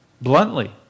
bluntly